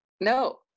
no